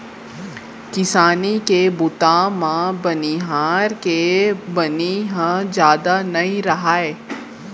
किसानी के बूता म बनिहार के बनी ह जादा नइ राहय